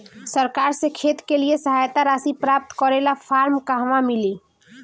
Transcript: सरकार से खेत के लिए सहायता राशि प्राप्त करे ला फार्म कहवा मिली?